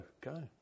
go